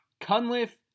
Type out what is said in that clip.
Cunliffe